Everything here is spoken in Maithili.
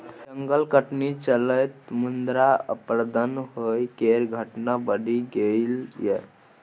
जंगल कटनी चलते मृदा अपरदन होइ केर घटना बढ़ि गेलइ यै